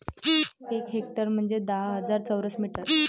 एक हेक्टर म्हंजे दहा हजार चौरस मीटर